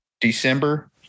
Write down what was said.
December